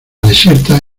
desierta